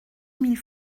mille